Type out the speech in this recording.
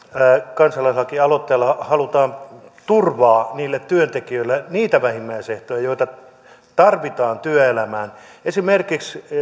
kansalaislakialoitteella halutaan turvaa niille työntekijöille niitä vähimmäisehtoja joita tarvitaan työelämään esimerkiksi